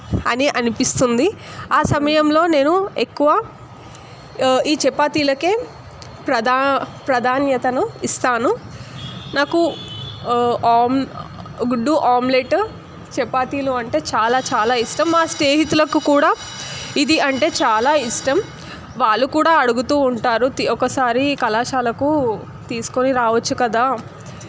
అని అనిపిస్తుంది ఆ సమయంలో నేను ఎక్కువ ఈ చపాతీలకే ప్రధా ప్రాధాన్యతను ఇస్తాను నాకు ఆమ్ గుడ్డు ఆమ్లెట్ చపాతీలు అంటే చాలా చాలా ఇష్టం మా స్నేహితులకు కూడా ఇది అంటే చాలా ఇష్టం వాళ్లు కూడా అడుగుతూ ఉంటారు తీ ఒకసారి కళాశాలకు తీసుకొని రావచ్చు కదా